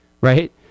right